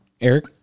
Eric